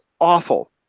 awful